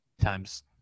times